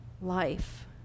life